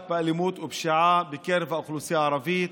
באלימות ובפשיעה בקרב האוכלוסייה הערבית.